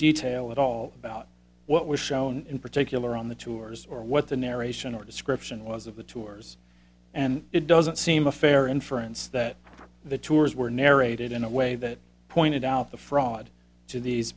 detail at all about what was shown in particular on the tours or what the narration or description was of the tours and it doesn't seem a fair inference that the tours were narrated in a way that pointed out the fraud to these